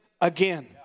again